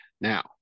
now